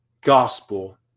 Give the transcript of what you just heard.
gospel